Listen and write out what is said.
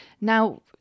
Now